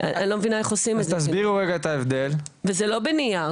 אני לא מבינה איך עושים את זה וזה לא בנייר,